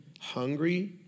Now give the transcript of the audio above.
hungry